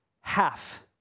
Half